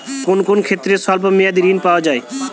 কোন কোন ক্ষেত্রে স্বল্প মেয়াদি ঋণ পাওয়া যায়?